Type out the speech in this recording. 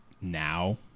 now